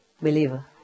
believer